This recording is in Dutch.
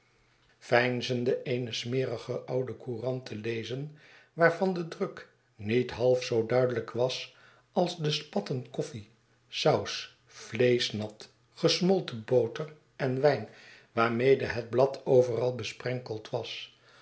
veinzende eene smerige oude courant te lezen waarvan de druk niet half zoo duidelijk was als de spatten koffie saus vleeschnat gesmolten boter en wijn waarmede het blad overal besprenkeld was